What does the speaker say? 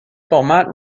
beaumont